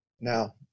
Now